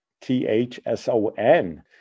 T-H-S-O-N